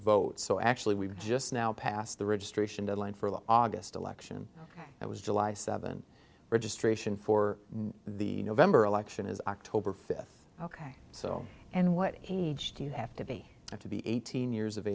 vote so actually we've just now passed the registration deadline for the august election it was july seventh registration for the november election is october fifth ok so and what age do you have to be have to be eighteen years of